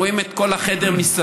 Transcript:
רואים את כל החדר מסביב,